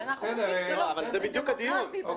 זה בדיוק הדיון.